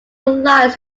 lies